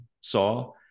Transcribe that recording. saw